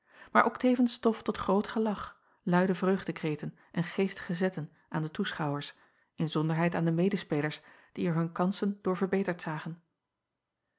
maar ook tevens stof tot groot gelach luide vreugdekreten en geestige zetten aan de toeschouwers inzonderheid aan de medespelers die er hun kansen door verbeterd zagen